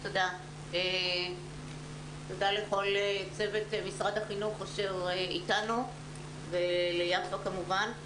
תודה לכל צוות משרד החינוך אשר איתנו וליפה כמובן.